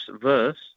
verse